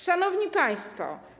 Szanowni Państwo!